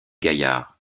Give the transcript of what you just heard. gaillard